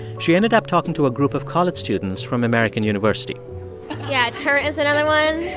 she ended up talking to a group of college students from american university yeah, turnt is another one.